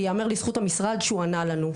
וייאמר לזכות המשרד שהוא ענה לנו,